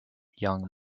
young